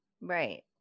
Right